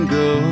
go